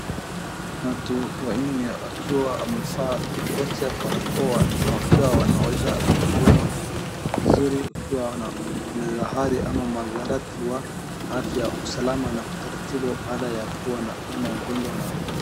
Watu wanne wakiwa wamevaa wote barakoa na wakiwa wanaosha mkono vizuri wakiwa na mahali ama mandharati ya afya usalama na utaratibu baada ya kuwa ama ugonjwa na.